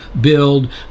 build